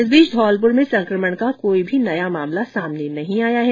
इस बीच धौलपुर में संकमण का कोई भी मामला सामने नहीं आया है